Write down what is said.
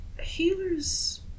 healers